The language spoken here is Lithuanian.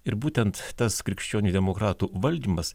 ir būtent tas krikščionių demokratų valdymas